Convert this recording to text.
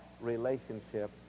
relationship